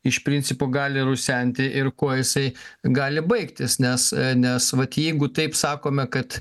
iš principo gali rusenti ir kuo jisai gali baigtis nes nes vat jeigu taip sakome kad